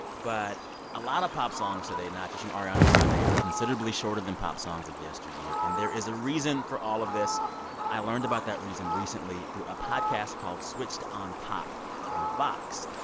but a lot of pop songs today, not just from ariana grande, are considerably shorter than pop songs of yesteryear. and there is a reason for all of this i learned about that reason recently through a podcast called switched on pop from vox.